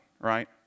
right